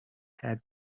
had